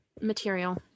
material